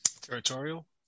Territorial